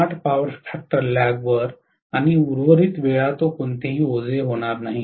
8 power factor lag वर आणि उर्वरित वेळा तो कोणत्याही ओझे होणार नाही